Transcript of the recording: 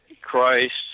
Christ